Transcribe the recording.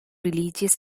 religious